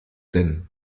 denn